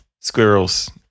squirrels